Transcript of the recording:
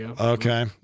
Okay